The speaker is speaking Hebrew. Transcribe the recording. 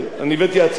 שהממשלה הפילה,